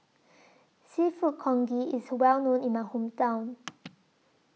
Seafood Congee IS Well known in My Hometown